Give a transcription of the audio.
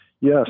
Yes